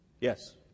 Yes